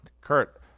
Kurt